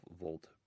volt